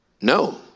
No